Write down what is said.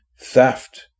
theft